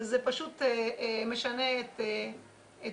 וזה פשוט משנה את ה